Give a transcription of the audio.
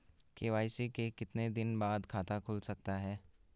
KYC के कितने दिन बाद खाता खुल सकता है?